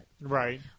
Right